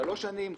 שלוש שנים,